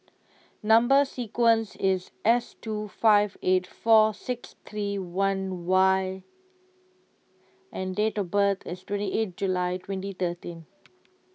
Number Sequence is S two five eight four six three one Y and date of birth is twenty eight July twenty thirteen